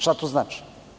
Šta to znači?